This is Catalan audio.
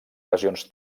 regions